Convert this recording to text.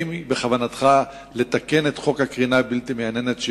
האם בכוונתך לתקן את חוק הקרינה הבלתי-מייננת,